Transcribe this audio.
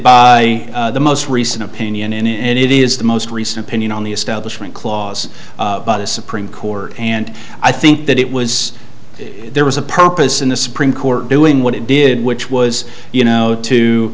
by the most recent opinion and it is the most recent opinion on the establishment clause of supreme court and i think that it was there was a purpose in the supreme court doing what it did which was you know to